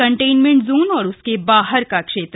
containment zone और उसके बाहर के क्षेत्र